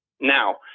Now